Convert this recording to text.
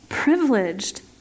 privileged